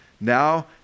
now